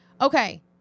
Okay